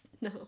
no